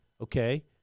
okay